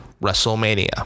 Wrestlemania